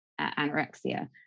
anorexia